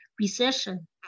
recession